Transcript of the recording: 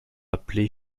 appelé